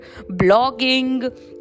blogging